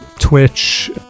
Twitch